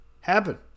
happen